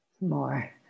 more